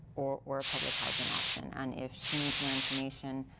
or or public housing option. and if she needs more information,